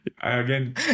Again